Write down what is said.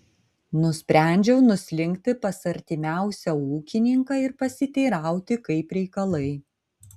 nusprendžiau nuslinkti pas artimiausią ūkininką ir pasiteirauti kaip reikalai